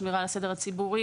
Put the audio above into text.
שמירה על הסדר הציבורי,